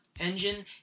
engine